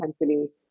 intensity